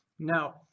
Now